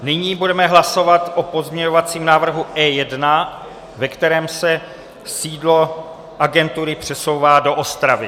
Nyní budeme hlasovat o pozměňovacím návrhu E1, ve kterém se sídlo agentury přesouvá do Ostravy.